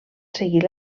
seguir